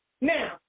Now